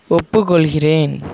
ஒப்புக்கொள்கிறேன்